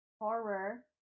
Horror